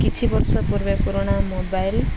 କିଛି ବର୍ଷ ପୂର୍ବେ ପୁରୁଣା ମୋବାଇଲ୍